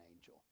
angel